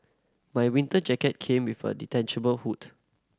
my winter jacket came with a detachable hood